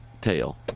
tail